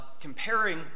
comparing